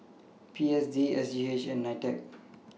P S D S G H and NITEC